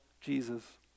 Jesus